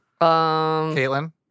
Caitlin